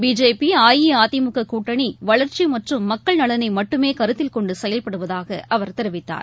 BJP அஇஅதிமுககூட்டணிவளர்ச்சிமற்றும் மக்கள் நல்ளைமட்டுமேகருத்தில் கொண்டுசெயல்படுவதாகஅவர் தெரிவித்தார்